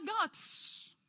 God's